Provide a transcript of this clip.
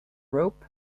rope